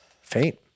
faint